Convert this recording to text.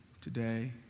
today